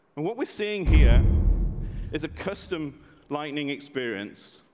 and what we're seeing here is a custom lightning experience